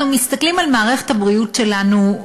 אנחנו מסתכלים על מערכת הבריאות שלנו,